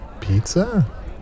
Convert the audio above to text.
pizza